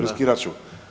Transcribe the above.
Riskirat ću.